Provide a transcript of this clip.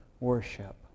Worship